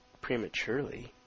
prematurely